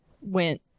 went